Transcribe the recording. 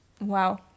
wow